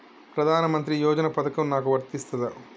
ప్రధానమంత్రి యోజన పథకం నాకు వర్తిస్తదా?